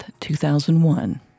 2001